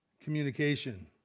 communication